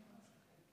ולמדו,